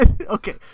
okay